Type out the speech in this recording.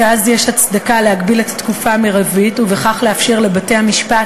שאז יש הצדקה להגביל את התקופה המרבית ובכך לאפשר לבתי-המשפט